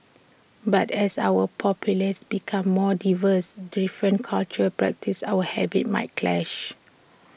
but as our populace becomes more diverse different cultural practices or A habits might clash